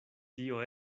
tio